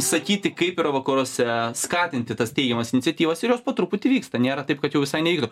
sakyti kaip yra vakaruose skatinti tas teigiamas iniciatyvas ir jos po truputį vyksta nėra taip kad jau visai nevyktų